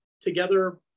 together